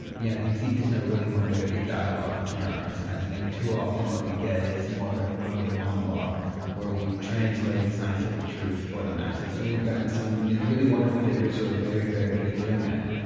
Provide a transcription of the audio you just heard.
yeah, i think cp snow really wanted there to be dialogue between art and science. i think too often what we get is more of a one-way monologue where we translate scientific truth for the masses and we've got some you know really wonderful figures who are very, very good at doing that.